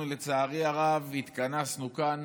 אנחנו, לצערי הרב, התכנסנו כאן